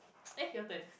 eh your turn